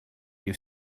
you